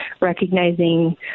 recognizing